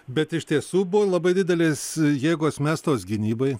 bet iš tiesų buvo labai didelės jėgos mestos gynybai